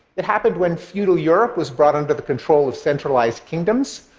it happened when feudal europe was brought under the control of centralized kingdoms,